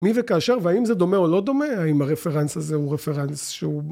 מי וכאשר והאם זה דומה או לא דומה האם הרפרנס הזה הוא רפרנס שהוא